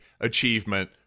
Achievement